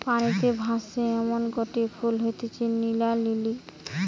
পানিতে ভাসে এমনগটে ফুল হতিছে নীলা লিলি